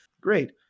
Great